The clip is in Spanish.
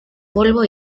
polvo